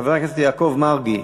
חבר הכנסת יעקב מרגי,